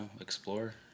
explore